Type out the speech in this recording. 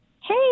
Hey